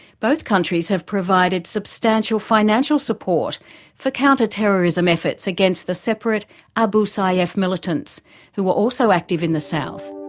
both countries have provided substantial financial support for counter terrorism efforts against the separate abu sayyaf militants who are also active in the south.